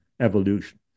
Evolution